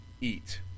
eat